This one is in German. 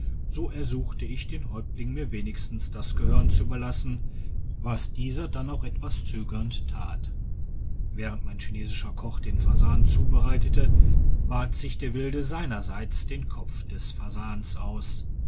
so ersuchte ich den häuptling mir wenigstens das gehörn zu überlassen was dieser dann auch etwas zögernd tat während mein chinesischer koch den fasan zubereitete bat sich der wilde seinerseits den kopf des fasans aus